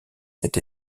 cet